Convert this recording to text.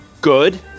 good